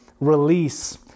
release